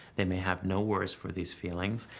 they may have no words for these feelings,